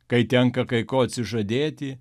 kai tenka kai ko atsižadėti